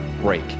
break